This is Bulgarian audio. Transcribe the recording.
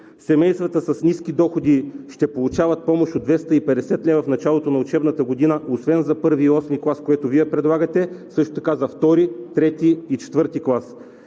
семействата с ниски доходи ще получават помощ от 250 лв. в началото на учебната година освен на I и VIII клас, което Вие предлагате, също така за II, III и IV клас.